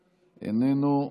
איננו,